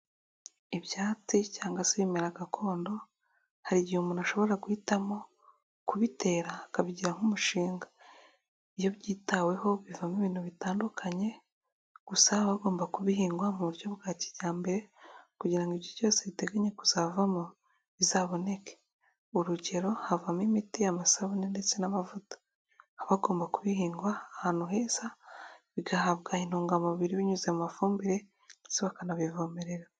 Ibyatsi cyangwa se ibimera gakondo, hari igihe umuntu ashobora guhitamo kubitera akabigira nk'umushinga. Iyo byitaweho bivamo ibintu bitandukanye, gusa abagomba kubihingwa mu buryo bwa kijyambere, kugira ngo igihe cyose giteganya kuzavamo, bizaboneke. Urugero havamo imiti, amasabune, ndetse n'amavuta. Haba hagomba kubihingwa ahantu heza, bigahabwa intungamubiri binyuze mu mafumbire, ndetse bakanabivomerera.